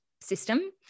system